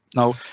now,